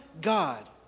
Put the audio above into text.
God